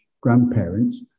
grandparents